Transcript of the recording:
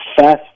Fast